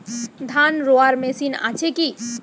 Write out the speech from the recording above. ধান রোয়ার মেশিন আছে কি?